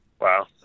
Wow